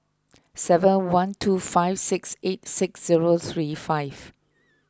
seven one two five six eight six zero three five